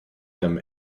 him